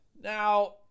Now